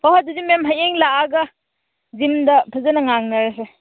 ꯍꯣꯏ ꯑꯗꯨꯗꯤ ꯃꯦꯝ ꯍꯌꯦꯡ ꯂꯥꯛꯂꯒ ꯖꯤꯝꯗ ꯐꯖꯅ ꯉꯥꯡꯅꯔꯁꯦ